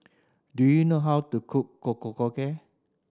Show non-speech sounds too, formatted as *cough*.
do you know how to cook *unintelligible*